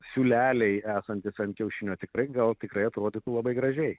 siūleliai esantys ant kiaušinio tikrai gal tikrai atrodytų labai gražiai